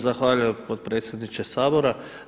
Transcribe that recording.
Zahvaljujem potpredsjedniče Sabora.